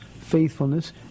faithfulness